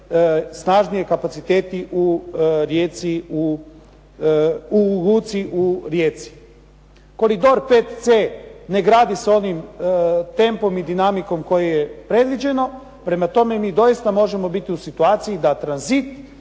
snažniji kapaciteti u luci u Rijeci. Koridor 5C ne gradi se onim tempom i dinamikom kako je predviđeno. Prema tome, mi doista možemo biti u situaciji da tranzit